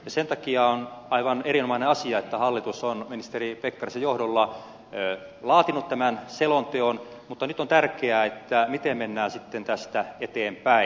sen takia on aivan erinomainen asia että hallitus on ministeri pekkarisen johdolla laatinut tämän selonteon mutta nyt on tärkeää miten mennään sitten tästä eteenpäin